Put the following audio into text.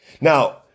Now